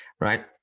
right